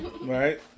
right